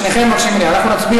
אז שניכם מבקשים מליאה.